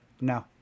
No